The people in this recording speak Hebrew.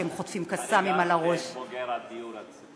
כשהם חוטפים "קסאמים" על הראש --- אני גם בוגר הדיור הציבורי.